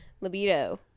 Libido